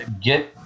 get